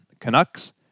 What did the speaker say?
Canucks